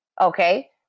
Okay